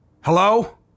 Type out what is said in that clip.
Hello